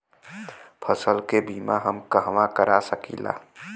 फसल के बिमा हम कहवा करा सकीला?